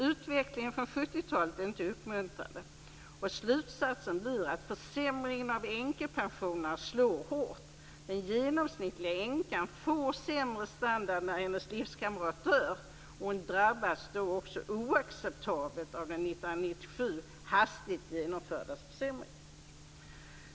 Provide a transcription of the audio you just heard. Utvecklingen från 70-talet är inte uppmuntrande, och slutsatsen blir att försämringar av änkepensionerna slår hårt. Den genomsnittliga änkan får sämre standard när hennes livskamrat dör, och hon drabbas då också oacceptabelt av den år 1997 hastigt genomförda försämringen.